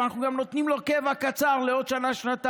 אבל אנחנו גם נותנים לו קבע קצר לעוד שנה-שנתיים,